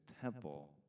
temple